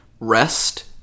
Rest